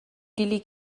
kili